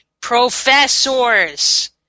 Professors